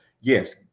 Yes